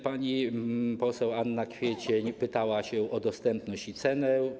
Pani poseł Anna Kwiecień pytała o dostępność i o cenę.